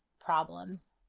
problems